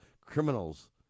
criminals